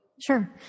Sure